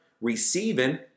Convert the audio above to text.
receiving